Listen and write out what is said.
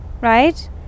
Right